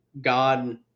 God